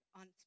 on